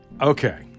Okay